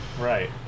right